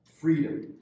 freedom